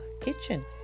kitchen